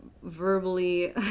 verbally